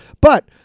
but-